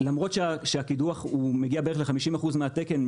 למרות שהקידוח מגיע לבערך 50 אחוז מהתקן,